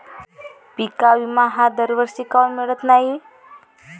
पिका विमा हा दरवर्षी काऊन मिळत न्हाई?